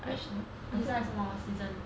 which season 什么 season